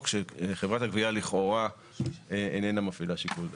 - שחברת הגבייה לכאורה איננה מפעילה שיקול דעת.